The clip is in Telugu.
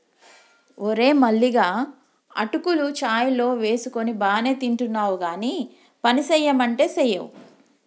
ఓరే మల్లిగా అటుకులు చాయ్ లో వేసుకొని బానే తింటున్నావ్ గానీ పనిసెయ్యమంటే సెయ్యవ్